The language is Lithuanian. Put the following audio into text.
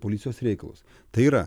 policijos reikalus tai yra